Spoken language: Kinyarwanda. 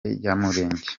abanyamulenge